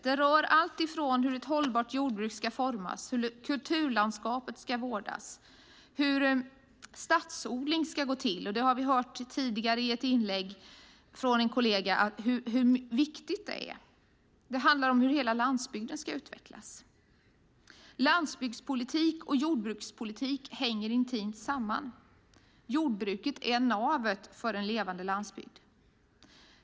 Det rör allt från hur ett hållbart jordbruk ska formas, hur kulturlandskapet ska vårdas och hur stadsodling ska gå till. Vi har i ett inlägg av en kollega hört hur viktigt det är. Det handlar om hur hela landsbygden ska utvecklas. Landsbygdspolitik och jordbrukspolitik hänger intimt samman. Jordbruket är navet för en levande landsbygd.